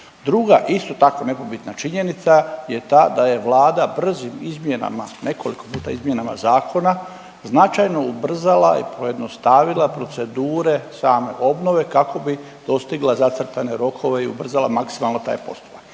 Druga isto tako nepobitna činjenica je ta da je Vlada brzim izmjenama, nekoliko puta izmjenama zakona značajno ubrzala i pojednostavila procedure same obnove kako bi dostigla zacrtane rokove i ubrzala maksimalno taj postupak.